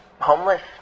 homeless